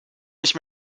nicht